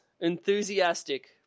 enthusiastic